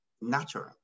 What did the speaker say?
natural